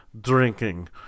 drinking